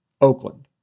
Oakland